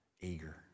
eager